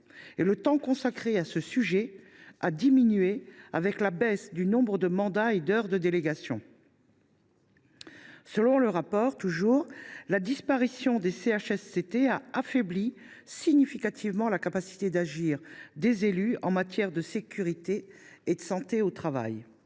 le temps consacré à ce sujet avec la baisse du nombre de mandats et d’heures de délégation. Selon ce rapport, la disparition des CHSCT a affaibli significativement la capacité d’agir des élus en matière de sécurité et de santé au travail.